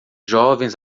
jovens